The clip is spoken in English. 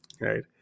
Right